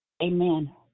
Amen